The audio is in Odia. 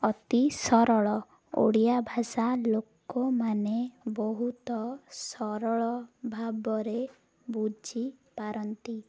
ଅତି ସରଳ ଓଡ଼ିଆ ଭାଷା ଲୋକମାନେ ବହୁତ ସରଳ ଭାବରେ ବୁଝିପାରନ୍ତି